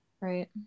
right